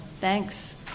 thanks